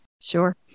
Sure